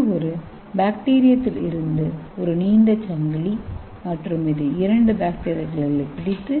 இது ஒரு பாக்டீரியத்திலிருந்து ஒரு நீண்ட சங்கிலி மற்றும் இது இரண்டு பாக்டீரியாக்களைப் பிடித்து